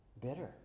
bitter